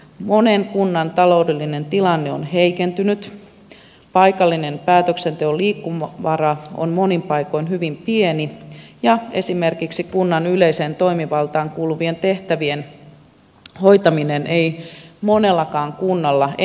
monen kunnan taloudellinen tilanne on heikentynyt paikallinen päätöksenteon liikkumavara on monin paikoin hyvin pieni ja esimerkiksi kunnan yleiseen toimivaltaan kuuluvien tehtävien hoitaminen ei monellakaan kunnalla enää onnistu